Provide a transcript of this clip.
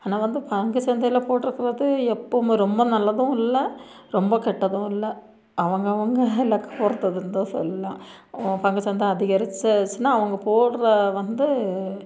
ஆனால் வந்து பங்குச் சந்தையில போட்டிருக்குறது எப்போவும் ரொம்ப நல்லதும் இல்லை ரொம்ப கெட்டதும் இல்லை அவங்கவங்க லக் பொறுத்ததுன்னு தான் சொல்லலாம் பங்கு சந்தை அதிகரிச்சிச்சின்னால் அவங்க போடுற வந்து